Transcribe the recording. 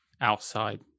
outside